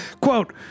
Quote